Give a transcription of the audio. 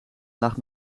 lag